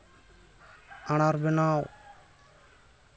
ᱟᱨᱟᱬ ᱵᱮᱱᱟᱣ